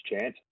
chance